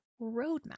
roadmap